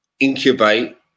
incubate